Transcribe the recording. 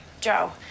Joe